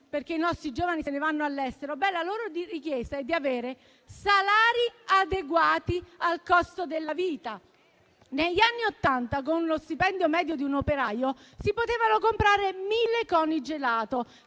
che i nostri giovani se ne vanno all'estero. La loro di richiesta è di avere salari adeguati al costo della vita. Negli anni Ottanta con lo stipendio medio di un operaio si potevano comprare 1.000 coni gelato;